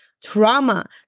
Trauma